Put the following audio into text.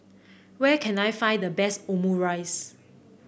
where can I find the best Omurice